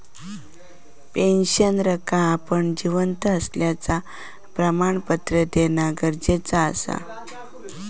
पेंशनरका आपण जिवंत असल्याचा प्रमाणपत्र देना गरजेचा असता